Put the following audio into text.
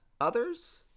others